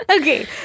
Okay